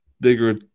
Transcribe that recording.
bigger